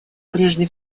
прежде